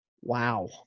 Wow